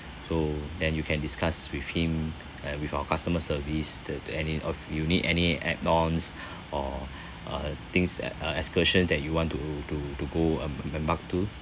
so then you can discuss with him and with our customer service the the any of you need any add ons or uh things uh uh excursion that you want to to to go um e~ embark to